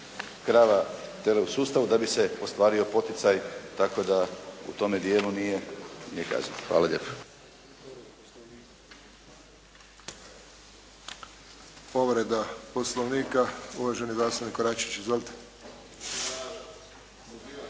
krava, tele u sustavu da bi se ostvario poticaj, tako da u tome dijelu nije ni kazao. Hvala lijepa.